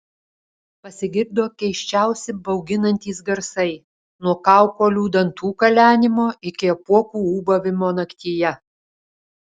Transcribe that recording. pasigirdo keisčiausi bauginantys garsai nuo kaukolių dantų kalenimo iki apuokų ūbavimo naktyje